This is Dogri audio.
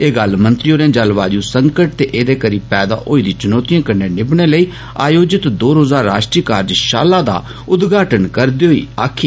एह् गल्ल मंत्री होरें जलवायू संकट ते ऐदे करी पैदा होई दी चुनौतिएं कन्नै निबडने लेई आयोजित दो रोज़ा कार्यषाला दा उदघाटन करदे होई आक्खी